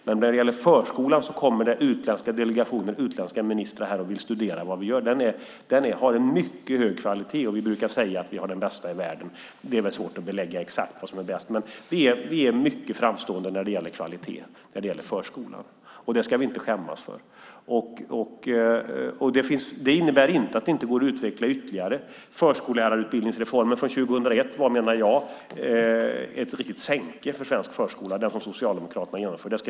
Men när det gäller förskolan kommer det utländska delegationer och utländska ministrar och vill studera vad vi gör. Den har en mycket hög kvalitet, och vi brukar säga att vi har den bästa förskolan i världen. Det är svårt att belägga exakt vad som är bäst, men vi är mycket framstående när det gäller kvalitet i förskolan. Det ska vi inte skämmas för. Det innebär inte att den inte går att utveckla ytterligare. Reformen av förskollärarutbildningen 2001 var, menar jag, ett riktigt sänke för svensk förskola, den som Socialdemokraterna genomförde.